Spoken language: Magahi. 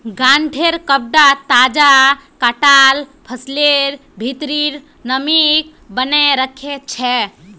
गांठेंर कपडा तजा कटाल फसलेर भित्रीर नमीक बनयें रखे छै